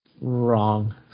Wrong